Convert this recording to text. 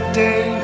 day